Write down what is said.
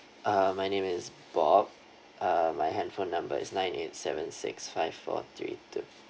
uh my name is bob uh my handphone number is nine eight seven six five four three two